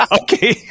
Okay